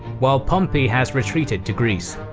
while pompey has retreated to greece.